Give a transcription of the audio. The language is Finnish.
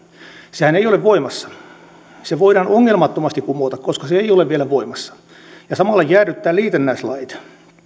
sehän ei ole voimassa se voidaan ongelmattomasti kumota koska se ei ole vielä voimassa ja samalla jäädyttää liitännäislait